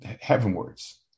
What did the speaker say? heavenwards